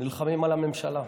נלחמים על הממשלה,